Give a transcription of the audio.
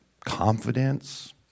Confidence